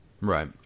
Right